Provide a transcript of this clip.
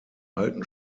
alten